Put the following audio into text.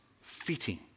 fitting